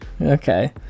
Okay